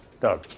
Doug